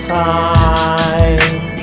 time